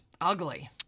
ugly